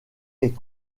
est